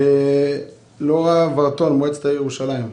לורה ורטון, מועצת העיר ירושלים,